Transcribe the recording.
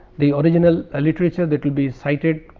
the original ah literature that will be sited